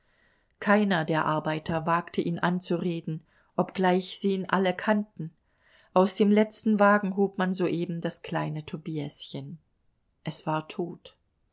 keiner der arbeiter wagte ihn anzureden obgleich sie ihn alle kannten aus dem letzten wagen hob man soeben das kleine tobiäschen es war tot